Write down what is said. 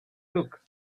look